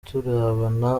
turebana